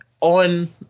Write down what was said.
on